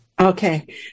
Okay